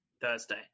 Thursday